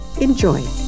Enjoy